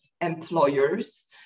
employers